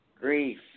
grief